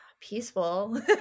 peaceful